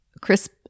crisp